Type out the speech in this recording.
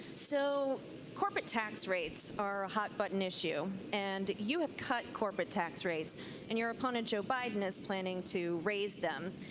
so corporate tax rates are a hut button issue. and you have cut corporate tax rates and your opponent joe biden is planning to raise them.